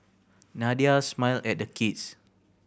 Nadia smiled at the kids